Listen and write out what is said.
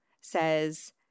says